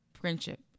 friendship